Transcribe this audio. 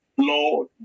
Lord